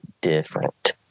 different